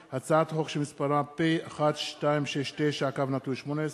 2011, פ/2781/18,